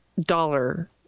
dollar